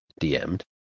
DM'd